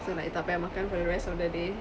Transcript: so like tak payah makan for the rest of the day